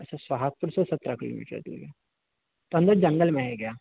अच्छा सोहागपुर से सत्रह किलोमीटर दूर है तो अंदर जंगल में है क्या